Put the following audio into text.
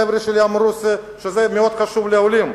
החברים שלי אמרו שזה מאוד חשוב לעולים.